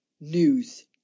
news